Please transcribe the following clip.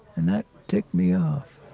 and that ticked me off.